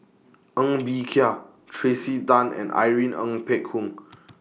Ng Bee Kia Tracey Tan and Irene Ng Phek Hoong